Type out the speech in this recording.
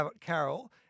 Carroll